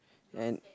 and